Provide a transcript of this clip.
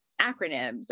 acronyms